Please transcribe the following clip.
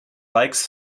bikes